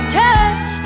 touch